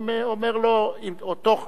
תוך גיבוי בדוגמאות,